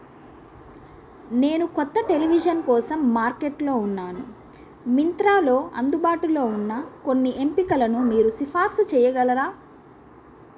నేను కొత్త టెలివిజన్ కోసం మార్కెట్లో ఉన్నాను మింత్రాలో అందుబాటులో ఉన్న కొన్ని ఎంపికలను మీరు సిఫార్సు చేయగలరా